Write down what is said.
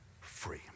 free